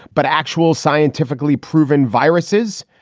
but actual scientifically proven viruses.